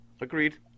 Agreed